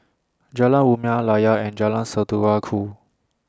Jalan Rumia Layar and Jalan Saudara Ku